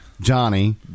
Johnny